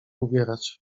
ubierać